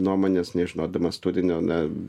nuomonės nežinodamas turinio na